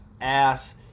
ass